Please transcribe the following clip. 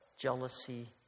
Jealousy